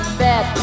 bet